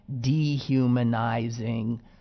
dehumanizing